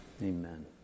Amen